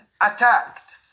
attacked